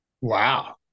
Wow